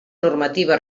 normativa